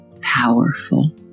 powerful